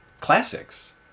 classics